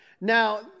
Now